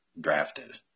drafted